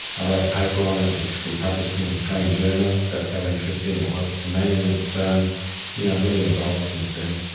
i wrote a paper on it which we published in the australian journal. that's how interesting it was to me and it has so um you know really evolved since then.